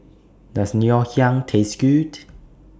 Does Ngoh Hiang Taste Good